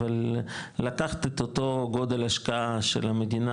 אבל לקחת את אותו גודל השקעה של המדינה